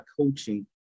coaching